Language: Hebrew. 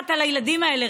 המפקחת על הילדים האלה,